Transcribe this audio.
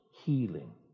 healing